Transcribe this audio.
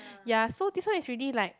ya so this one is ready like